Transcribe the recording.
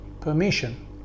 permission